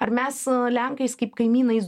ar mes lenkais kaip kaimynais